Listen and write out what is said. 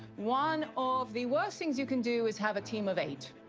one of the worst things you can do is have a team of eight.